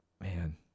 Man